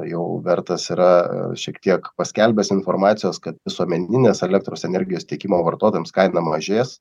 jau vertas yra šiek tiek paskelbęs informacijos kad visuomeninės elektros energijos tiekimo vartotojams kaina mažės